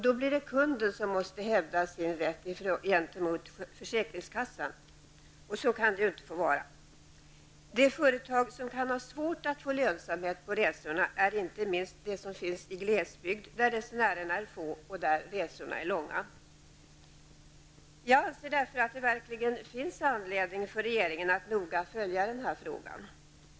Då blir det kunden som måste hävda sin rätt gentemot försäkringskassan. Så kan det inte få vara. De företag som kan ha svårt att få lönsamhet på resorna är inte minst de som finns i glesbygd, där resenärerna är få och där resorna är långa. Det finns därför anledning för regeringen att noga följa den här frågan.